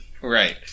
Right